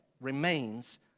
remains